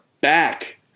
back